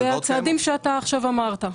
זה הצעדים שאתה עכשיו אמרת.